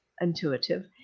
intuitive